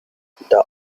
the